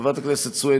חברת הכנסת סויד,